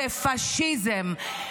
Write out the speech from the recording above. זה פשיזם.